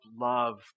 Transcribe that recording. love